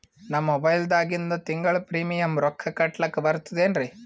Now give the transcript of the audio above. ನಮ್ಮ ಮೊಬೈಲದಾಗಿಂದ ತಿಂಗಳ ಪ್ರೀಮಿಯಂ ರೊಕ್ಕ ಕಟ್ಲಕ್ಕ ಬರ್ತದೇನ್ರಿ?